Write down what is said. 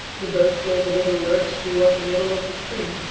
the boat gave a little lurch toward the middle of the stream.